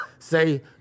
Say